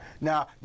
Now